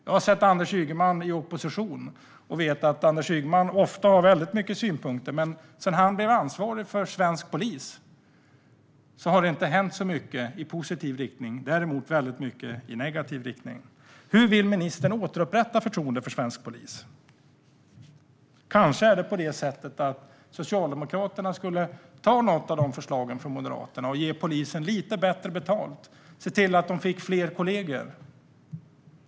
Jag har sett Anders Ygeman i opposition och vet att Anders Ygeman ofta har väldigt många synpunkter. Men sedan han blev ansvarig för svensk polis har det inte hänt mycket i positiv riktning, däremot väldigt mycket i negativ riktning. Hur vill ministern återupprätta förtroendet för svensk polis? Kanske skulle Socialdemokraterna ta något av förslagen från Moderaterna. Det handlar om att ge poliserna lite bättre betalt och att se till att de får fler kollegor.